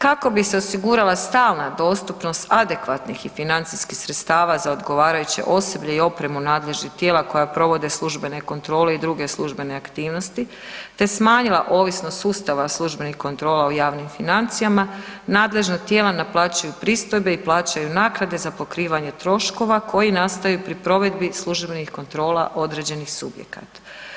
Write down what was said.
Kako bi se osigurala stalna dostupnost adekvatnih i financijskih sredstava za odgovarajuće osoblje i opremu nadležnih tijela koja provode službene kontrole i druge službene aktivnosti te smanjila ovisnost sustava službenih kontrola u javnim financijama, nadležna tijela naplaćuju pristojbe i plaćaju naknade za pokrivanje troškova koji nastaju pri provedbi službenih kontrola određenih subjekata.